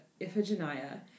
Iphigenia